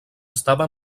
estava